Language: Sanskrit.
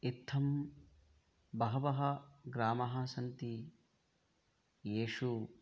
इत्थं बहवः ग्रामाः सन्ति येषु